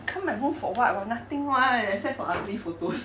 come my room for what got nothing [one] except for ugly photos